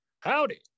Howdy